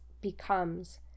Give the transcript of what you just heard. becomes